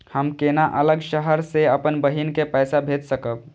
हम केना अलग शहर से अपन बहिन के पैसा भेज सकब?